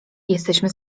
jesteśmy